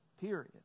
Period